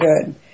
good